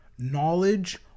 knowledge